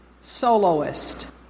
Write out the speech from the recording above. soloist